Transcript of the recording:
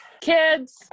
kids